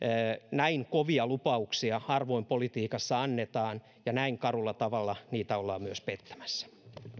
näin kovia lupauksia harvoin politiikassa annetaan ja näin karulla tavalla niitä ollaan myös pettämässä